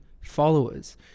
followers